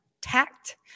tact